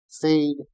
feed